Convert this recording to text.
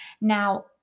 Now